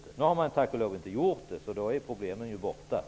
Nu gör Ny demokrati tack och lov inte det heller, så problemet finns ej.